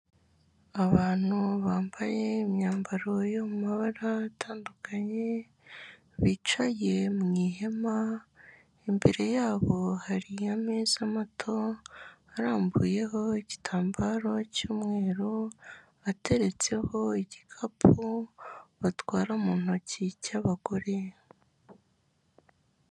Abantu bambaye imyambaro yo mu mabara atandukanye bicaye mu ihema, imbere yabo hari ameza mato arambuyeho igitambaro cy'umweru, ateretseho igikapu batwara mu ntoki cy'abagore.